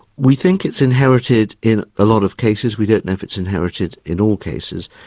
we think it's inherited in a lot of cases, we don't know if it's inherited in all cases.